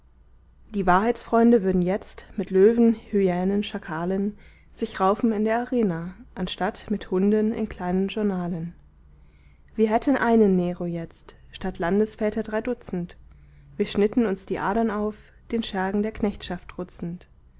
die wahrheitsfreunde würden jetzt mit löwen hyänen schakalen sich raufen in der arena anstatt mit hunden in kleinen journalen wir hätten einen nero jetzt statt landesväter drei dutzend wir schnitten uns die adern auf den schergen der knechtschaft trutzend